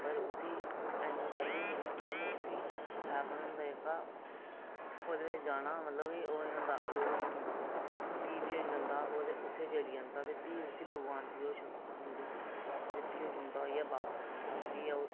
पर उसी ऐंड बिच बी रौहन होंदा कि उसी हैवन होंदा जेह्का ओह्दे बिच जाना मतलब कि अलाऔ नेईं होंदा प्ही बी ओ्ह जंदा ते उत्थै जली जंदा फ्ही उत्थै असी भगवान दी ओह् शक्ति थ्होंदी फ्ही ओह् जिंदा होइयै बापस औंदा फ्ही ओह्